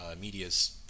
media's